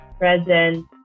present